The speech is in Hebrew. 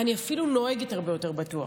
אני אפילו נוהגת הרבה יותר בטוח.